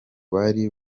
bari